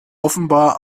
offenbar